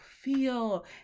feel